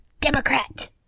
Democrat